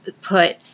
put